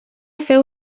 fer